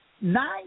Nine